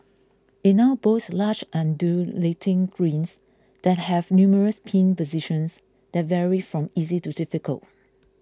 it now boasts large undulating greens that have numerous pin positions that vary from easy to difficult